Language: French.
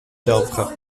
d’œuvre